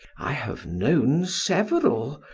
i have known several,